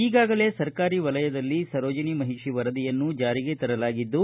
ಈಗಾಗಲೇ ಸರ್ಕಾರಿ ವಲಯದಲ್ಲಿ ಸರೋಜಿನಿ ಮಹಿಷಿ ವರದಿಯನ್ನು ಚಾರಿಗೆ ತರಲಾಗಿದ್ದು